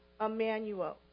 Emmanuel